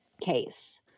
case